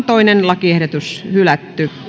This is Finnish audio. toinen lakiehdotus hylätään